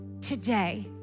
today